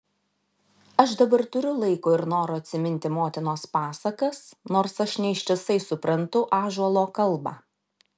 aš dabar turiu laiko ir noro atsiminti motinos pasakas nors aš ne ištisai suprantu ąžuolo kalbą